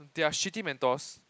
there are shitty mentors